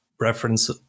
reference